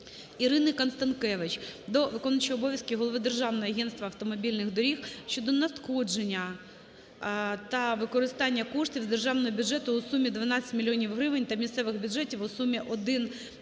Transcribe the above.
Ірини Констанкевич до виконуючого обов'язки голови Державного агентства автомобільних доріг щодо надходження та використання коштів з державного бюджету у сумі 12 мільйонів гривень та місцевих бюджетів в сумі 1,8 млн. грн.